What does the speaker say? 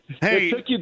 hey